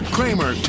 Kramer